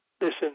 listen